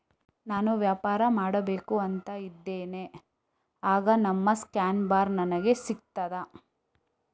ನಾನು ವ್ಯಾಪಾರ ಮಾಡಬೇಕು ಅಂತ ಇದ್ದೇನೆ, ಆಗ ನಿಮ್ಮ ಸ್ಕ್ಯಾನ್ ಬಾರ್ ನನಗೆ ಸಿಗ್ತದಾ?